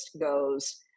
goes